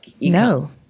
no